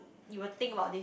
you will think about this